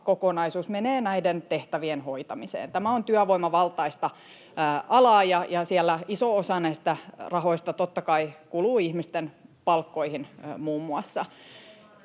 rahakokonaisuus menee näiden tehtävien hoitamiseen. Tämä on työvoimavaltaista alaa, ja siellä iso osa näistä rahoista, totta kai, kuluu ihmisten palkkoihin, muun muassa.